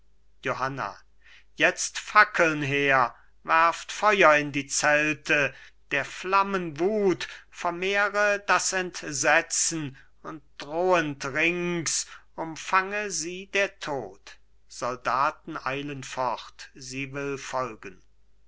johanna jetzt fackeln her werft feuer in die zelte der flammen wut vermehre das entsetzen und drohend rings umfange sie der tod soldaten eilen fort sie will folgen